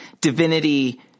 divinity